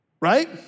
Right